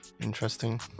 interesting